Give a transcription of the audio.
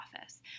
office